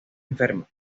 enfermo